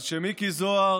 אז כשמיקי זוהר,